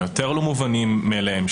היותר לא מובנים מאליהם,